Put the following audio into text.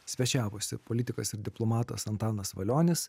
svečiavosi politikas ir diplomatas antanas valionis